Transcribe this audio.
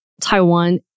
Taiwan